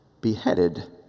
beheaded